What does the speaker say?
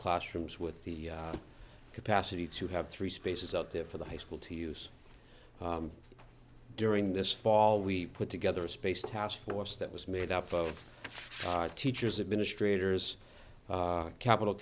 classrooms with the capacity to have three spaces out there for the high school to use during this fall we put together a space task force that was made up of our teachers administrators capital